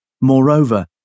Moreover